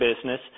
business